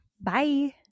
Bye